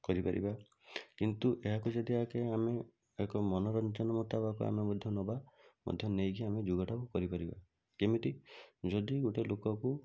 କରିପାରିବା କିନ୍ତୁ ଏହାକୁ ଯଦି ଆଜ୍ଞା ଆମେ ଏକ ମନୋରଞ୍ଜନ ମୁତାବକ ଆମେ ମଧ୍ୟ ନେବା ମଧ୍ୟ ନେଇକି ଆମେ ଯୋଗଟାକୁ କରିପାରିବା କେମିତି ଯଦି ଗୋଟେ ଲୋକକୁ